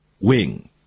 wing